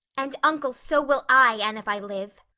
and, uncle, so will i, an if i live.